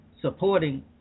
supporting